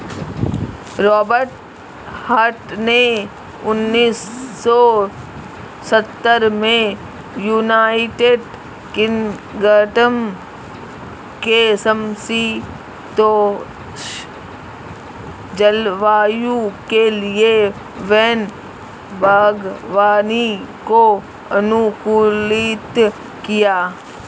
Robert Hart ने उन्नीस सौ सत्तर में यूनाइटेड किंगडम के समषीतोष्ण जलवायु के लिए वैन बागवानी को अनुकूलित किया